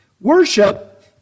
Worship